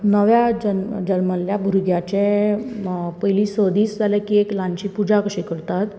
नव्या जल्म जल्मल्ल्या भुरग्याचें पयली स दिस जाले की एक ल्हानशी पुजा कशी करतात